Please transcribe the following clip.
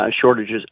shortages